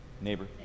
Neighbor